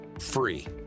free